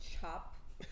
chop